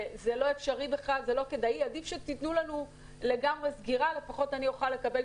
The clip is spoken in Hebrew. או בלתי-אפשרי ועדיפה סגירה מוחלטת